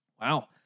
Wow